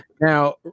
Now